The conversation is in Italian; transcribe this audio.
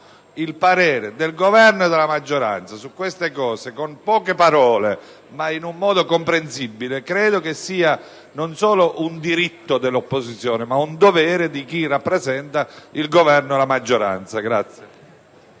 il parere del Governo e della maggioranza, con poche parole ma in un modo comprensibile, credo sia non solo un diritto dell'opposizione ma un dovere di chi rappresenta il Governo e la maggioranza.